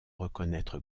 reconnaître